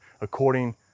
according